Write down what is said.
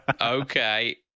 Okay